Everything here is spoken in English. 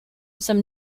some